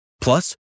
Plus